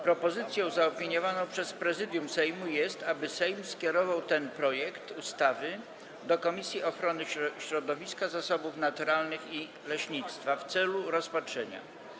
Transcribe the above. Propozycją zaopiniowaną przez Prezydium Sejmu jest, aby Sejm skierował ten projekt ustawy do Komisji Ochrony Środowiska, Zasobów Naturalnych i Leśnictwa w celu rozpatrzenia.